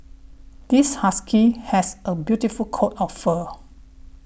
this husky has a beautiful coat of fur